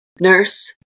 nurse